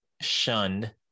shunned